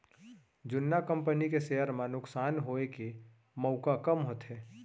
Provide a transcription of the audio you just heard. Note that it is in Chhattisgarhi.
जुन्ना कंपनी के सेयर म नुकसान होए के मउका कम होथे